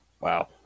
Wow